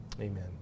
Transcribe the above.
Amen